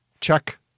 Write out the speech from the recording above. Check